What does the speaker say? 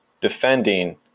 defending